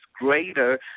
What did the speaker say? greater